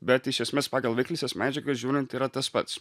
bet iš esmės pagal veikliąsias medžiagas žiūrint yra tas pats